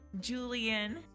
Julian